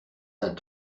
d’un